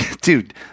dude